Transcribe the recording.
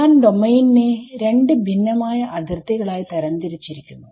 ഞാൻ ഡോമെയിൻ നെ രണ്ട് ഭിന്നമായ അതിർത്തികളായി തരം തിരിചിരിക്കുന്നു